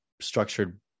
structured